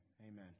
Amen